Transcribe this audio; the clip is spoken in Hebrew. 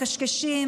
מקשקשים,